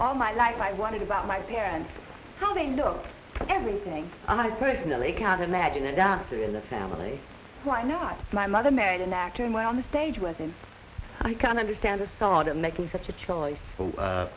all my life i wanted about my parents how they know everything i personally can't imagine a doctor in the family why not my mother married an actor and went on the stage with him i can understand a sot of making such a choice